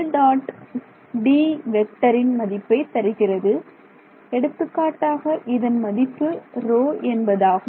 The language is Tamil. Dயின் மதிப்பை தருகிறது எடுத்துக்காட்டாக இதன் மதிப்பு ρ என்பதாகும்